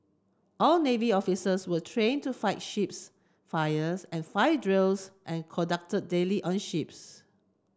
all navy officers were train to fight ships fires and fire drills are conduct daily on ships